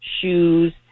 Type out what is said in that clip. shoes